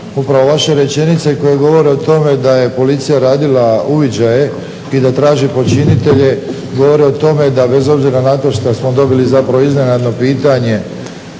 Upravo vaše rečenice koje govore o tome da je policija radila uviđaje i da traži počinitelje govori o tome da bez obzira na to što smo dobili zapravo iznenadno pitanje